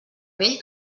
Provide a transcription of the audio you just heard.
vell